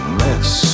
mess